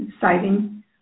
citing